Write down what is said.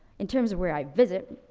in terms of where i visit,